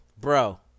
bro